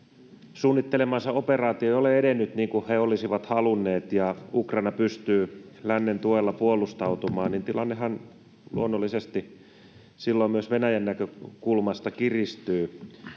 suunnittelema operaatio ei ole edennyt niin kuin he olisivat halunneet ja Ukraina pystyy lännen tuella puolustautumaan, niin tilannehan luonnollisesti silloin myös Venäjän näkökulmasta kiristyy,